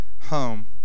home